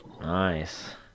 Nice